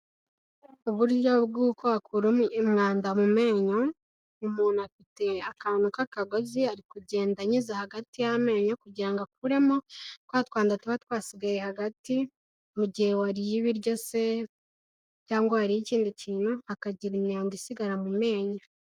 Uburyo bw'uko wakura umwanda mu menyo, uyu muntu afite akantu k'akagozi ari kugenda anyuza hagati y'amenyo kugirango ngo akuremo twa twanda tuba twasigaye hagati, mu gihe wariye ibiryo se cyangwa wariye ikindi kintu hakagira imyanda isigara mu menyo.